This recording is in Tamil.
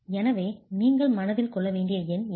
எனவே நீங்கள் மனதில் கொள்ள வேண்டிய எண் இது